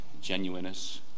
genuineness